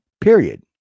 period